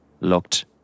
looked